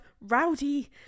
rowdy